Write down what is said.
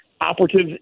operatives